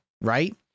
Right